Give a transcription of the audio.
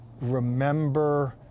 remember